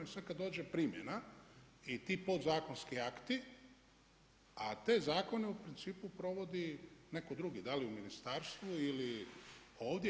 I sad kad dođe primjena i ti podzakonski akti, a te zakone u principu provodi netko drugi, da li u ministarstvu ili ovdje.